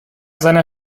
seiner